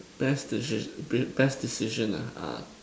best deci~ best decision ah uh